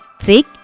thick